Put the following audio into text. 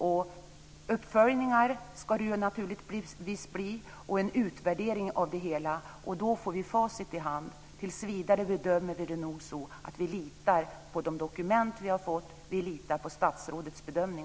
Det ska naturligtvis bli uppföljningar och en utvärdering av det hela. Då får vi facit i hand. Tills vidare bedömer vi att vi litar på de dokument vi har och på statsrådets bedömning.